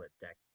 deck